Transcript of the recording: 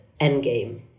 endgame